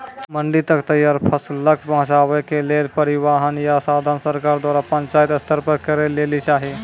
मंडी तक तैयार फसलक पहुँचावे के लेल परिवहनक या साधन सरकार द्वारा पंचायत स्तर पर करै लेली चाही?